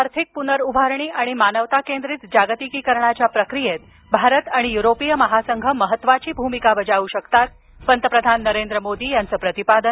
आर्थिक पुनरर्उभारणी आणि मानवताकेंद्रित जागतिकीकरणाच्या प्रक्रियेत भारत आणि य्रोपीय महासंघ महत्त्वाची भूमिका बजावू शकतात पंतप्रधान नरेंद्र मोदी यांचं प्रतिपादन